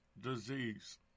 disease